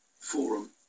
forum